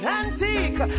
antique